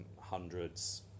hundreds